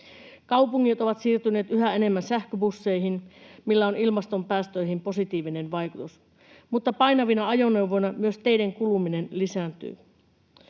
Kaupungit ovat siirtyneet yhä enemmän sähköbusseihin, millä on ilmaston päästöihin positiivinen vaikutus, mutta painavina ajoneuvoina myös teiden kuluminen lisääntyy.